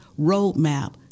roadmap